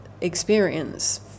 experience